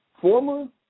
former